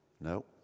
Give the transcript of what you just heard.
No